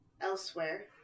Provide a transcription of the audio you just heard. Elsewhere